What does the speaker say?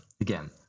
Again